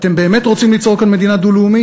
אתם באמת רוצים ליצור כאן מדינה דו-לאומית?